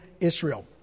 Israel